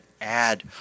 add